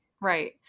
right